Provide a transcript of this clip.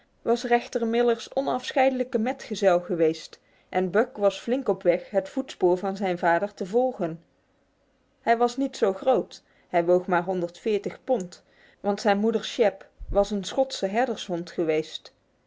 was rechter miller's onafscheidelijke metgezel geweest en buck was flink op weg het voetspoor van zijn vader te volgen hij was niet zo groot hij woog maar pond want zijn moeder shep was een schotse herdershond geweest